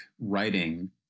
writing